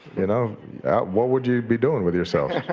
you know what would you be doing with yourself?